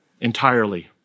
Entirely